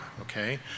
okay